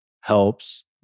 helps